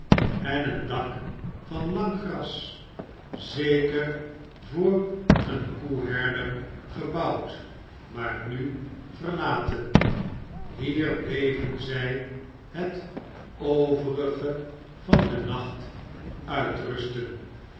en een dak van lang gras zeker voor een koeherder gebouwd maar nu verlaten hier bleven zij het overige van den nacht uitrusten